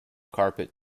carpet